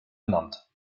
ernannt